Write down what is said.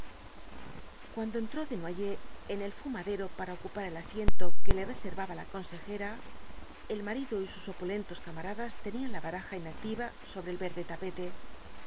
cuando entró desnoyers en el fumadero para ocupar el asiento que le reservaba la consejera el marido y sus opulentos camaradas tenían la baraja inactiva sobre el verde tapete